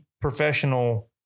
Professional